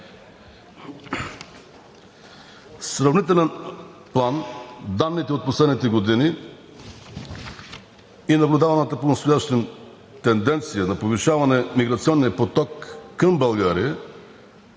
сравнителен план данните от последните години и наблюдаваната понастоящем тенденция на повишаване на миграцонния поток към България